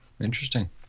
Interesting